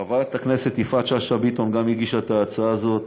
גם חברת הכנסת יפעת שאשא ביטון הגישה את ההצעה הזאת.